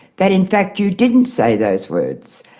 that in fact you didn't say those words.